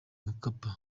mkapa